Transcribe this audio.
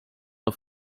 auf